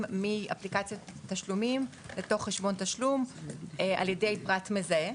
מאפליקציות תשלומים לתוך חשבון תשלום על ידי פרט מזהה